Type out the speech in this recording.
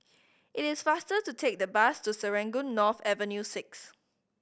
it is faster to take the bus to Serangoon North Avenue Six